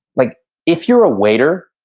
like if you're a waiter,